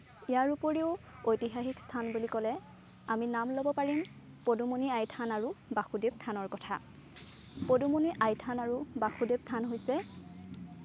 ইয়াৰ উপৰিও ঐতিহাসিক স্থান বুলি ক'লে আমি নাম ল'ব পাৰিম পদুমণি আই থান আৰু বাসুদেৱ থানৰ কথা পদুমণি আই থান আৰু বাসুদেৱ থান হৈছে